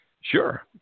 sure